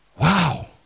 Wow